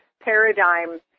paradigm –